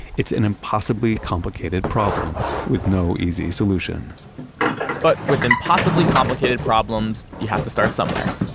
it's an impossibly complicated problem, with no easy solution but, with impossibly complicated problems, you have to start somewhere,